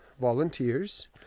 volunteers